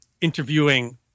interviewing